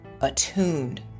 attuned